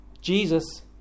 Jesus